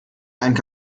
einen